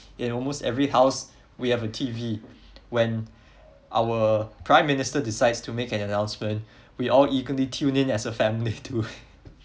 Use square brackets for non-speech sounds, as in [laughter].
in almost every house we have a T_V when our prime minister decides to make an announcement we all eagerly tune in as a family to [laughs]